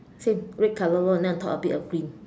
same red colour one then on top a bit of green